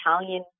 Italian